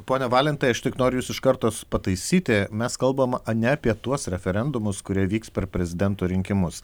pone valentai aš tik noriu jus iš karto pataisyti mes kalbam ne apie tuos referendumus kurie vyks per prezidento rinkimus